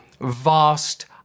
Vast